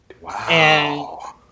Wow